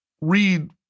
read